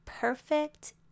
Perfect